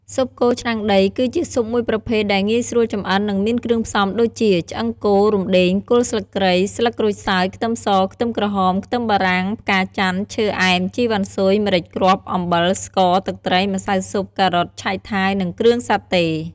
ស៊ុបសាច់គោឆ្នាំងដីគឺជាស៊ុបមួយប្រភេទដែលងាយស្រួលចម្អិន និងមានគ្រឿងផ្សំដូចជា ឆ្អឹងគោ រំដេង គល់ស្លឹកគ្រៃ ស្លឹកក្រូចសើច ខ្ទឹមស ខ្ទឹមក្រហម ខ្ទឹមបារាំង ផ្កាចន្ទន៍ ឈើអែម ជីវ៉ាន់ស៊ុយ ម្រេចគ្រាប់ អំបិល ស្ករ ទឹកត្រី ម្សៅស៊ុប ការ៉ុត ឆៃថាវ និងគ្រឿងសាតេ។